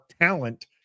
talent